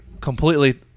completely